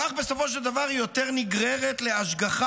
כך בסופו של דבר היא יותר נגררת להשגחה.